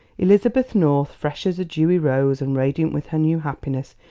elizabeth north, fresh as a dewy rose and radiant with her new happiness,